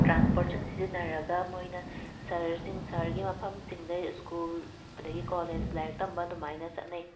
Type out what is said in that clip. ꯇ꯭ꯔꯥꯟꯁꯄꯣꯔꯠꯁꯤꯡ ꯁꯤꯖꯤꯟꯅꯔꯒ ꯃꯣꯏꯅ ꯁꯍꯔꯁꯤꯡ ꯁꯍꯔꯒꯤ ꯃꯐꯝꯁꯤꯡꯗ ꯁ꯭ꯀꯨꯜ ꯑꯗꯒꯤ ꯀꯣꯂꯦꯖ ꯂꯥꯏꯔꯤꯛ ꯇꯝꯕ ꯑꯗꯨꯃꯥꯏꯅ ꯆꯠꯅꯩ